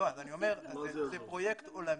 לא, זה פרויקט עולמי,